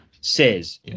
says